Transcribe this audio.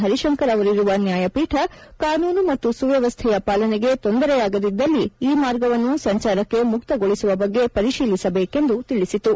ಹರಿಶಂಕರ್ ಅವರಿರುವ ನ್ಯಾಯಪೀಠ ಕಾನೂನು ಮತ್ತು ಸುವ್ಯವಸ್ಥೆಯ ಪಾಲನೆಗೆ ತೊಂದರೆಯಾಗದಿದ್ದಲ್ಲಿ ಈ ಮಾರ್ಗವನ್ನು ಸಂಚಾರಕ್ಕೆ ಮುಕ್ತಗೊಳಿಸುವ ಬಗ್ಗೆ ಪರಿಶೀಲಿಸಬೇಕೆಂದು ತಿಳಿಸಿತು